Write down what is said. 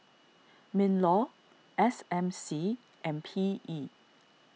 MinLaw S M C and P E